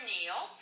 Neil